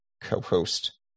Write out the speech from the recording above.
co-host